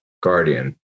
guardian